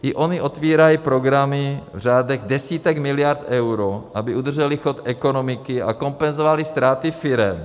I ony otevírají programy v řádech desítek miliard eur, aby udržely chod ekonomiky a kompenzovaly ztráty firem.